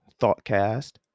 thoughtcast